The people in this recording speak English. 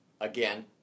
again